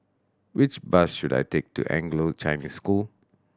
which bus should I take to Anglo Chinese School